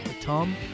tom